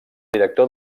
director